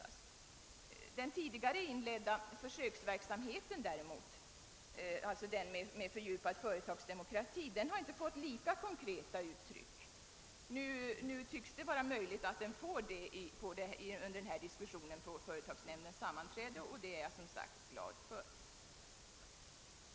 Däremot har den tidigare inledda försöksverksamheten med fördjupad företagsdemokrati inte tagit sig lika konkreta uttryck. Nu tycks det dock vara möjligt att den kan få det vid diskussionen i företagsnämnden, och det är jag som sagt glad över.